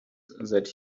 that